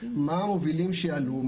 מה המובילים שעלו,